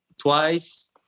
twice